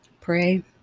pray